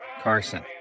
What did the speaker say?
Carson